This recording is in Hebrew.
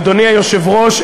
אדוני היושב-ראש,